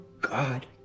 God